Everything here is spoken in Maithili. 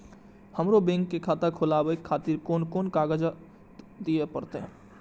हमरो बैंक के खाता खोलाबे खातिर कोन कोन कागजात दीये परतें?